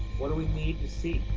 what do we need to see?